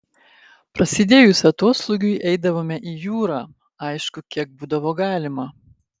prasidėjus atoslūgiui eidavome į jūrą aišku kiek būdavo galima